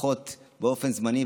לפחות באופן זמני,